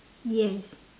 yes